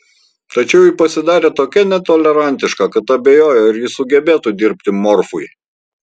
tačiau ji pasidarė tokia netolerantiška kad abejoju ar ji sugebėtų dirbti morfui